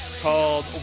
called